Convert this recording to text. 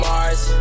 Mars